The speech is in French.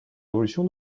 révolution